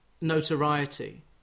notoriety